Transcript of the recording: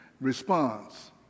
response